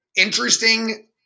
interesting